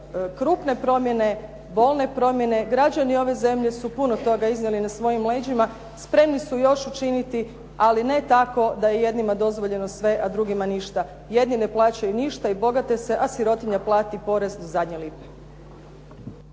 krupne promjene, bolne promjene. Građani ove zemlje su puno toga iznijeli na svojim leđima, spremni su još učiniti, ali ne tako da je jednima dozvoljeno sve, a drugima ništa. jedni ne plaćaju ništa i bogate se, a sirotinja plati porez do zadnje lipe.